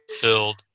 filled